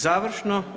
Završno.